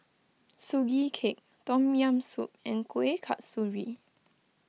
Sugee Cake Tom Yam Soup and Kuih Kasturi